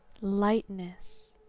lightness